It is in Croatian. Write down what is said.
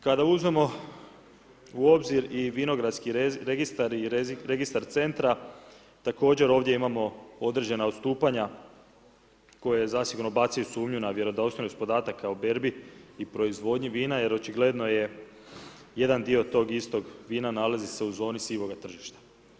Kada uzmemo u obzir i vinogradski registar i registar centra, također ovdje imamo određena odstupanja koje zasigurno bacaju sumnju na vjerodostojnost podataka o berbi i proizvodnji vina jer očigledno jedan dio tog istog vina nalazi u zoni sivoga tržišta.